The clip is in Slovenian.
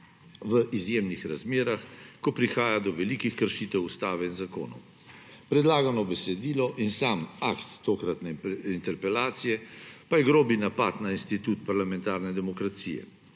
v izjemnih razmerah, ko prihaja do velikih kršitev ustave in zakonov. Predlagano besedilo in sam akt iz tokratne interpelacije pa je grob napad na institut parlamentarne demokracije.